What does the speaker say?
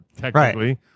technically